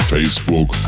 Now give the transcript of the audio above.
Facebook